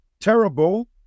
terrible